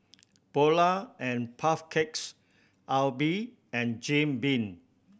Polar and Puff Cakes Aibi and Jim Beam